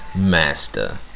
master